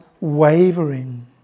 wavering